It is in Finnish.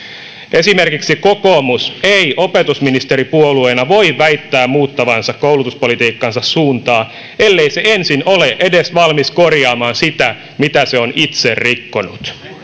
esimerkiksi kokoomus ei opetusministeripuolueena voi väittää muuttavansa koulutuspolitiikkansa suuntaa ellei se ensin ole valmis edes korjaamaan sitä mitä se on itse rikkonut